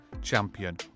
champion